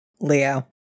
Leo